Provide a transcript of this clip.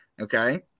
Okay